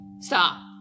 Stop